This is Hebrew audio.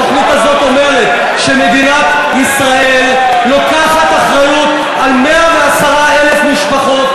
התוכנית הזאת אומרת שמדינת ישראל לוקחת אחריות על 110,000 משפחות,